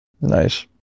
nice